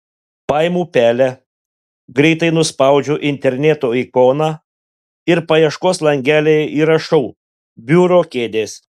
paimu pelę greitai nuspaudžiu interneto ikoną ir paieškos langelyje įrašau biuro kėdės